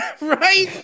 Right